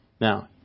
Now